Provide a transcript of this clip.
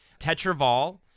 Tetraval